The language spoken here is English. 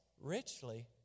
richly